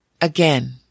Again